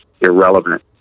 irrelevant